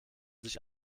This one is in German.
sich